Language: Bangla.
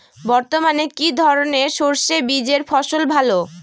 বর্তমানে কি ধরনের সরষে বীজের ফলন ভালো?